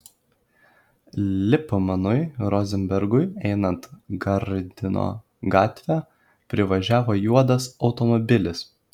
lipmanui rozenbergui einant gardino gatve privažiavo juodas automobilis